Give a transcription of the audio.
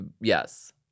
Yes